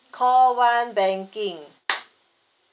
call one banking